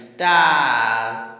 Stars